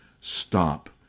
stop